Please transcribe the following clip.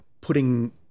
putting